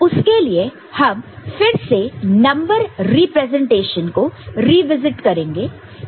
उसके लिए हम फिर से नंबर रिप्रेजेंटेशन को रीविज़िट करेंगे